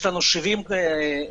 יש לנו 70 עובדים,